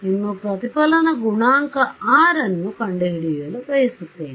ಇನ್ನು ಪ್ರತಿಫಲನ ಗುಣಾಂಕವುR ನ್ನು ಕಂಡುಹಿಡಿಯಲು ಬಯಸುತ್ತೇನೆ